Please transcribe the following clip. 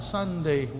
Sunday